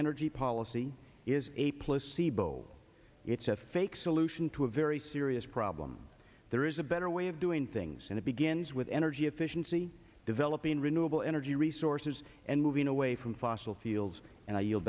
energy policy is a placebo it's a fake solution to a very serious problem there is a better way of doing things and it begins with energy efficiency developing renewable energy resources and moving away from fossil fuels and